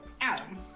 Adam